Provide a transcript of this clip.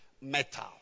Metal